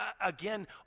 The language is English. again